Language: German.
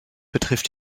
betrifft